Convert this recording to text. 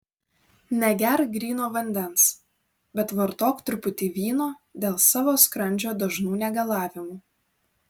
negerk gryno vandens bet vartok truputį vyno dėl savo skrandžio dažnų negalavimų